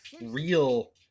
real